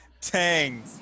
Tang